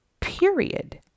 Period